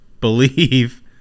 believe